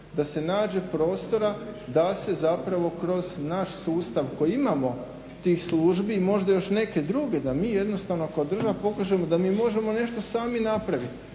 da se nađe prostora da se zapravo kroz naš sustav koji imamo tih službi i možda još neke druge da mi jednostavno kao država pokažemo da mi možemo nešto sami napraviti.